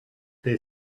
they